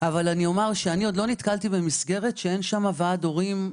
אבל אני אומר שעוד לא נתקלתי במסגרת שאין שם ועד הורים,